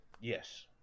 Yes